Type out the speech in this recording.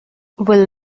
will